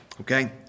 okay